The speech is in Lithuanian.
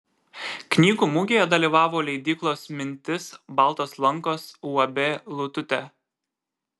knygų mugėje dalyvavo leidyklos mintis baltos lankos uab lututė